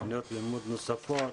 תוכניות לימוד נוספות,